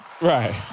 Right